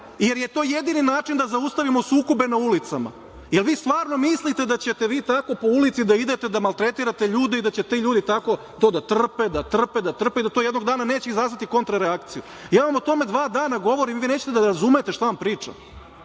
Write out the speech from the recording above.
jer je to jedini način da zaustavimo sukobe na ulicama. Jel vi stvarno mislite da ćete tako po ulici da idete da maltretirate ljude i da će ti ljudi tako to da trpe, da trpe, da trpe i da to jednog dana neće izazvati kontra reakciju. Ja vam o tome dva dana govorim. Vi nećete da razumete šta vam pričam.